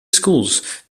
schools